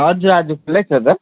हजुर आज खुलै छ त